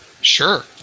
Sure